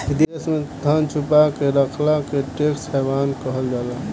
विदेश में धन छुपा के रखला के टैक्स हैवन कहल जाला